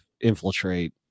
infiltrate